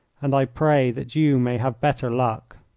and i pray that you may have better luck.